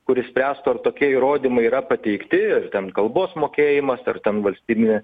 kuri spręstų ar tokie įrodymai yra pateikti ir ten kalbos mokėjimas ar ten valstybinė